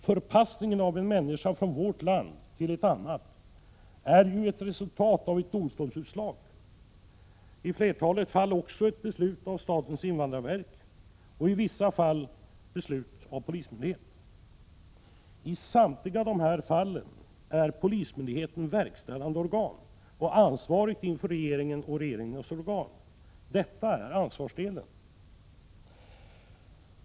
Förpassningen av en människa från vårt land till ett annat är ju ett resultat av ett domstolsutslag, men i flertalet fall också av ett beslut av statens invandrarverk och i vissa fall av beslut av polismyndighet. I samtliga dessa fall är polismyndigheten verkställande organ och ansvarig inför regeringen och regeringens organ. Detta är ansvarsdelen.